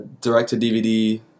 direct-to-DVD